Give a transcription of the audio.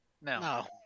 no